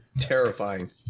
terrifying